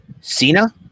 Cena